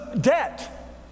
debt